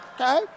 Okay